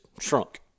shrunk